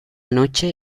noche